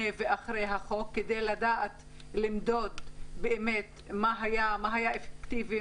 ואחרי החוק כדי לדעת למדוד באמת מה היה אפקטיבי,